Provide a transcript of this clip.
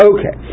Okay